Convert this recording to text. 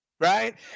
right